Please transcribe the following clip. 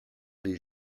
les